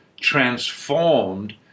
transformed